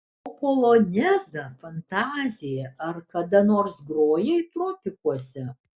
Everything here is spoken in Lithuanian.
o polonezą fantaziją ar kada nors grojai tropikuose